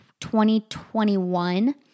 2021